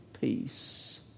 peace